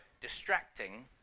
distracting